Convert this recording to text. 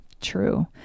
true